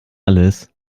alles